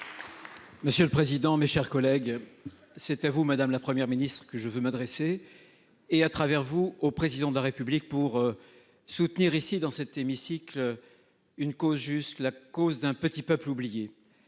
Monsieur le président, mes chers collègues. C'est à vous madame, la Première ministre que je veux m'adresser et à travers vous au président de la République pour. Soutenir ici dans cet hémicycle. Une cause juste la cause d'un petit peuple oublié